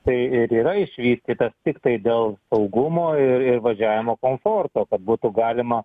tai ir yra išvystytas tiktai dėl saugumo ir ir važiavimo komforto kad būtų galima